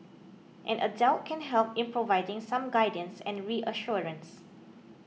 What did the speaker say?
an adult can help in providing some guidance and reassurance